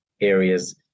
areas